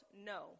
No